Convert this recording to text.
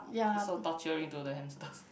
is so torturing to the hamsters